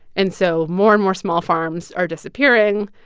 and so more and more small farms are disappearing.